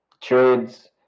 trades